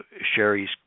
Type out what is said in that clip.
Sherry's